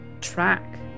track